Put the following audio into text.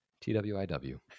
TWIW